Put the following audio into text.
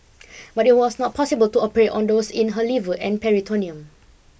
but it was not possible to operate on those in her liver and peritoneum